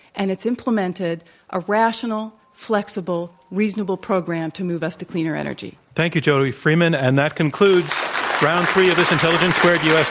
and it's implemented a rational, flexible, reasonable program to move us to cleaner energy. thank you, jody freeman, and that concludes round three of this intelligence squared u.